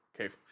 Okay